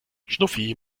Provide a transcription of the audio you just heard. schnuffi